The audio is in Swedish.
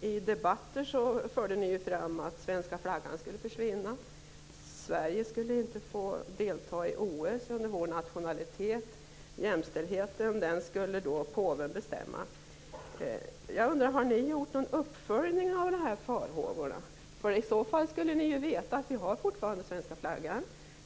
I debatter förde ni fram att svenska flaggan skulle försvinna. Sverige skulle inte få delta i OS under svensk nationalitet. Påven skulle bestämma över jämställdheten. Har Miljöpartiet gjort någon uppföljning av farhågorna? I så fall skulle ni veta att vi fortfarande har svenska flaggan.